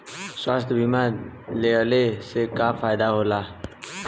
स्वास्थ्य बीमा लेहले से का फायदा होला?